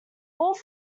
bought